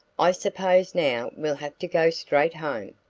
i suppose now we'll have to go straight home.